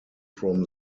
from